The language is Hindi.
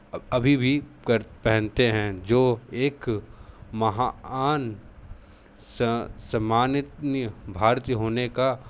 अभी भी कर पहनते हैं जो एक माहान समानीय भारतीय होने का